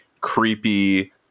creepy